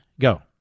Go